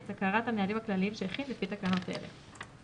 את הכרת הנהלים הכלליים שהכין לפי תקנות אלה."